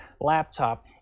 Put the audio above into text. laptop